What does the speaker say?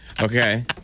Okay